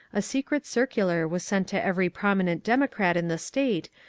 a secret circular was sent to every promi nent democrat in the state,